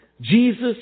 Jesus